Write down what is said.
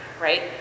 right